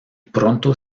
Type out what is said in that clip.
pronto